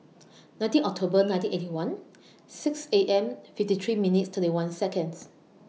nineteen October nineteen Eighty One six A M fifty three minutes thirty one Seconds